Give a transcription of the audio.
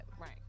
Right